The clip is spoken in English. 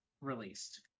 released